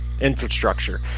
infrastructure